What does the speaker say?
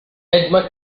edmund